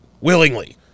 willingly